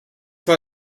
war